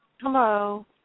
Hello